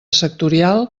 sectorial